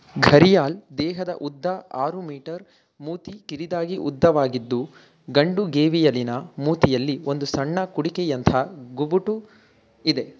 ಘರಿಯಾಲ್ ದೇಹದ ಉದ್ದ ಆರು ಮೀ ಮೂತಿ ಕಿರಿದಾಗಿ ಉದ್ದವಾಗಿದ್ದು ಗಂಡು ಗೇವಿಯಲಿನ ಮೂತಿಯಲ್ಲಿ ಒಂದು ಸಣ್ಣ ಕುಡಿಕೆಯಂಥ ಗುಬುಟು ಇದೆ